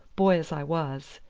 boy as i was,